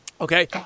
okay